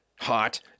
hot